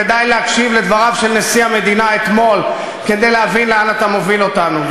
ודי להקשיב לדבריו של נשיא המדינה אתמול כדי להבין לאן אתה מוביל אותנו,